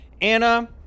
Anna